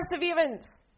perseverance